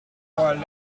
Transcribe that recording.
regalen